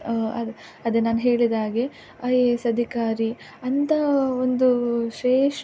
ಅದೆ ಅದೆ ನಾನು ಹೇಳಿದ ಹಾಗೆ ಐ ಎ ಎಸ್ ಅಧಿಕಾರಿ ಅಂತಹ ಒಂದು ಶ್ರೇಷ್ಠ